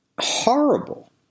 Horrible